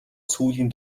сүүлийн